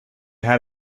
had